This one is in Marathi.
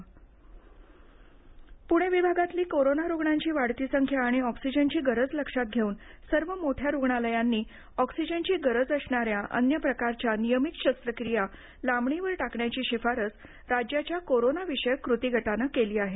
ऑक्सिजन तुटवडा प्णे विभागातली कोरोना रुग्णांची वाढती संख्या आणि ऑक्सिजनची गरज लक्षात घेऊन सर्व मोठ्या रुग्णालयांनी ऑक्सिजनची गरज असणाऱ्या अन्य प्रकारच्या नियमित शस्त्रक्रिया लांबणीवर टाकण्याची शिफारस राज्याच्या कोरोनाविषयक कृती गटानं केली आहे